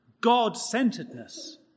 god-centeredness